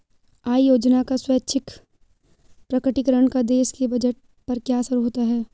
आय योजना का स्वैच्छिक प्रकटीकरण का देश के बजट पर क्या असर होता है?